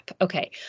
Okay